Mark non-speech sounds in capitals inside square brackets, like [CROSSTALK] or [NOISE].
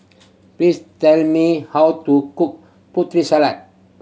please tell me how to cook [UNINTELLIGIBLE] salad